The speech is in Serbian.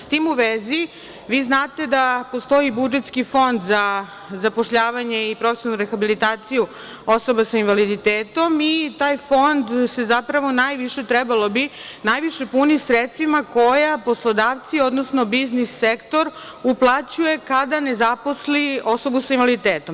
S tim u vezi, vi znate da postoji budžetski fond za zapošljavanje i profesionalnu rehabilitaciju osoba sa invaliditetom i taj fond se zapravo najviše, trebalo bi, najviše puni sredstvima koja poslodavci, odnosno biznis sektor uplaćuje kada ne zaposli osobu sa invaliditetom.